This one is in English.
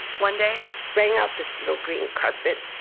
one day. brang out this little green carpet,